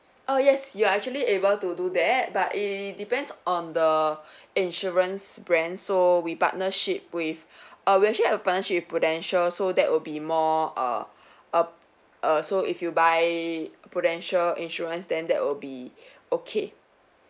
err yes you are actually able to do that but it depends on the insurance brand so we partnership with err we actually have a partnership with prudential so that will be more err uh err so if you buy prudential insurance then that will be okay